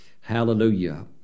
Hallelujah